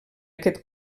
aquest